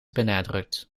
benadrukt